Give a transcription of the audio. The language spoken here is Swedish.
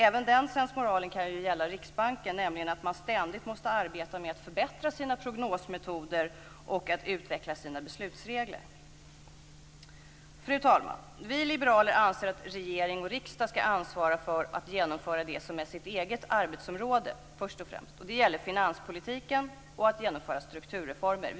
Även den sensmoralen kan ju gälla Riksbanken, nämligen att man ständigt måste arbeta med att förbättra sina prognosmetoder och att utveckla sin beslutsregler. Fru talman! Vi liberaler anser att regering och riksdag först och främst skall ansvara för att genomföra det som är deras eget arbetsområde. Det gäller finanspolitiken och strukturreformerna.